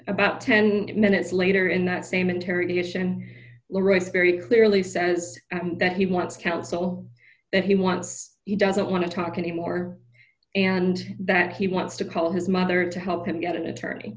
about ten minutes later in that same interrogation laura's very clearly says that he wants counsel that he wants he doesn't want to talk anymore and that he wants to call his mother to help him get an attorney